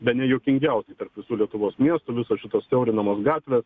bene juokingiausiai tarp visų lietuvos miestų visos šitos siaurinamos gatvės